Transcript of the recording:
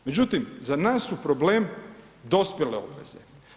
Međutim, za nas su problem dospjele obveze.